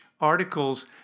articles